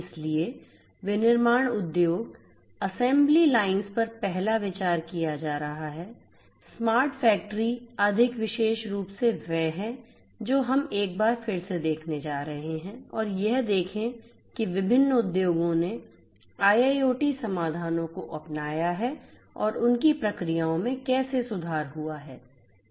इसलिए विनिर्माण उद्योग असेंबली लाइन्स पर पहला विचार किया जा रहा है स्मार्ट फैक्ट्री अधिक विशेष रूप से वह है जो हम एक बार फिर से देखने जा रहे हैं और यह देखें कि विभिन्न उद्योगों ने IIoT समाधानों को अपनाया है और उनकी प्रक्रियाओं में कैसे सुधार हुआ है